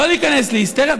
לא להיכנס להיסטריה.